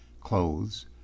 Clothes